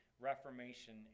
Reformation